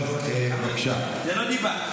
זו לא דיבה.